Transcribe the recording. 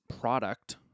product